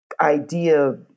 idea